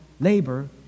labor